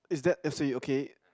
is that actually okay